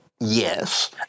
Yes